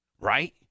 right